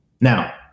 Now